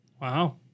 Wow